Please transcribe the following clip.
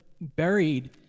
buried